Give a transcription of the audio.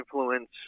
influence